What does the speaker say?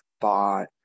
thought